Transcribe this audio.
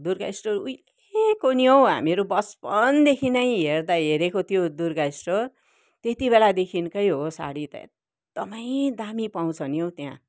Durga store उहिलेको नि हौ हामीहरू बचपनदेखि नै हेर्दा हेरेको त्यो दुर्गा स्टोर त्यति बेलादेखिकै हो सारी त एकदमै दामी पाउँछ नि हौ त्यहाँ